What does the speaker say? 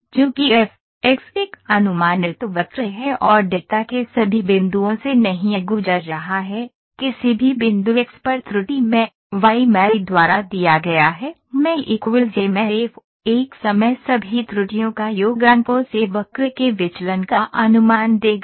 चूंकि f एक अनुमानित वक्र है और डेटा के सभी बिंदुओं से नहीं गुजर रहा है किसी भी बिंदु x पर त्रुटिमैं वाईमैं ई द्वारा दिया गया हैमैं यमैं एफ एक्समैं सभी त्रुटियों का योग अंकों से वक्र के विचलन का अनुमान देगा